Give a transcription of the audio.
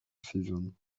season